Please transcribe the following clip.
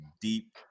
deep